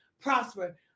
prosper